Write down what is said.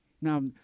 Now